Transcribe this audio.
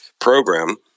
program